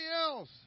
else